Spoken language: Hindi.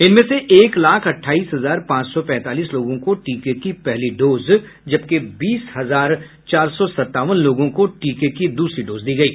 इनमें से एक लाख अट्ठाईस हजार पांच सौ पैंतालीस लोगों को टीके की पहली डोज जबकि बीस हजार चार सौ संतावन लोगों को टीके की दूसरी डोज दी गयी